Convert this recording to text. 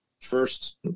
first